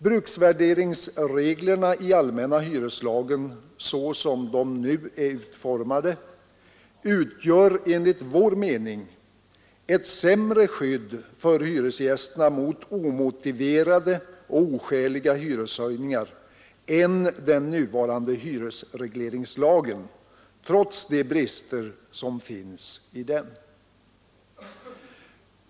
Bruksvärderingsreglerna i allmänna hyreslagen, som de nu är utformade, utgör enligt vår mening ett sämre skydd för hyresgästerna mot omotiverade och oskäliga hyreshöjningar än den nuvarande hyresregleringslagen, trots de brister som finns i den.